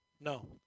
No